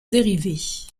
dérivés